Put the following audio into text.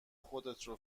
خودتو